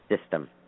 system